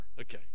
Okay